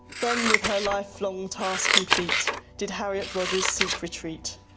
then, with her life's long task complete, did harriet rogers seek retreat,